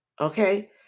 okay